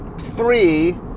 three